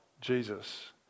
Jesus